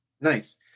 Nice